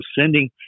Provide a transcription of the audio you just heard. sending